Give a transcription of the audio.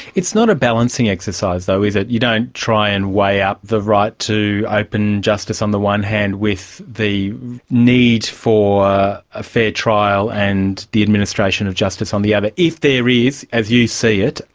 it's not a balancing exercise though, is it? you don't try and weigh up the right to open justice on the one hand with the need for a fair trial and the administration of justice on the other. if there is, as you see it,